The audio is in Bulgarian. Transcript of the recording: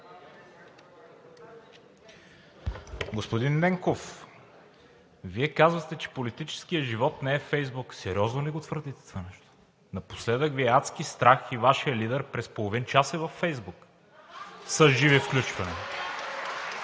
Господин Ненков, Вие казвате, че политическият живот не е Фейсбук. Сериозно ли твърдите това нещо? Напоследък Ви е адски страх и Вашият лидер през половин час е във Фейсбук с живи включвания.